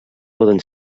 poden